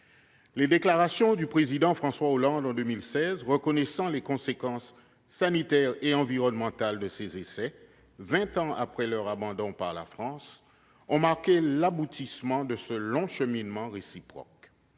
Les déclarations du président François Hollande en 2016 reconnaissant les conséquences sanitaires et environnementales de ces essais, vingt ans après leur abandon par la France, ont marqué l'aboutissement de ce long cheminement réciproque.